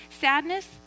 sadness